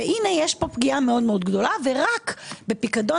והנה יש פה פגיעה מאוד גדולה ורק בפיקדון